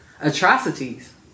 Atrocities